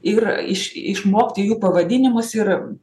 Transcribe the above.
ir iš išmokti jų pavadinimus ir